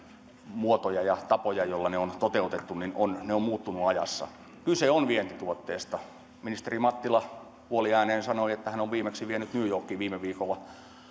muotojen ja tapojen puolesta joilla ne on toteutettu ne ovat muuttuneet ajassa kyse on vientituotteesta ministeri mattila puoliääneen sanoi että hän on viimeksi vienyt new yorkiin viime viikolla